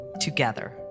together